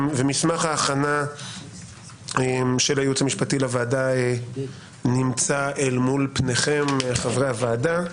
מסמך ההכנה של הייעוץ המשפטי לוועדה נמצא בפניכם חברי הוועדה.